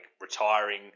retiring